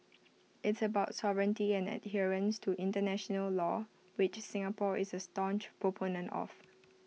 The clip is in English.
it's about sovereignty and adherence to International law which Singapore is A staunch proponent of